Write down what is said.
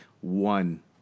one